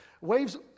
Waves